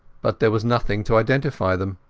but there was nothing to identify them.